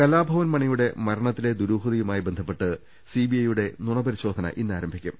കലാഭവൻ മണിയുടെ മരണത്തിലെ ദുരൂഹതയുമായി ബന്ധപ്പെട്ട് സിബിഐയുടെ നുണ പരിശോധന ഇന്നാരംഭിക്കും